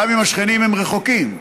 גם אם השכנים רחוקים.